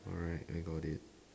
alright I got it